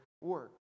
work